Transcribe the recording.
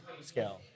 scale